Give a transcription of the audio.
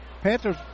Panthers